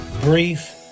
brief